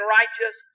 righteous